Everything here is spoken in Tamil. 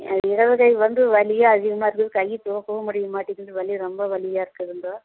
என் இடது கை வந்து வலியும் அதிகமாக இருக்குது கை தூக்கவும் முடிய மாட்டேங்குது வலி ரொம்ப வலியாக இருக்குது ரொம்ப